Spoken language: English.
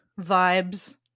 vibes